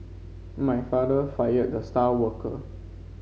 my father fired the star worker